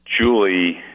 Julie